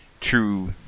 true